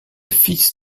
fils